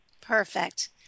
perfect